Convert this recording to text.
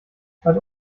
hat